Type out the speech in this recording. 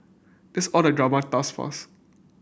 that's all the drama thus far